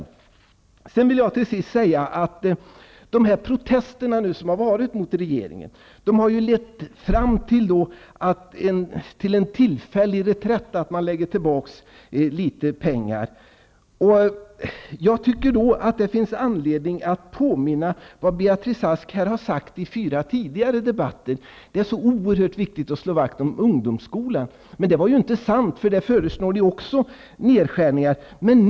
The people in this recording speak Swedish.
Avslutningsvis vill jag säga att de protester som har varit mot regeringen har lett fram till en tillfällig reträtt. Man lägger tillbaka litet pengar. Jag tycker att det finns anledning att påminna om vad Beatrice Ask har sagt vid fyra tidigare debatter, nämligen att det är så oerhört viktigt att slå vakt om ungdomsskolan. Men det var inte sant. Ni föreslår nedskärningar även där.